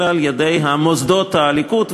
אלא על-ידי מוסדות הליכוד,